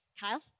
Kyle